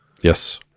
yes